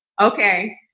Okay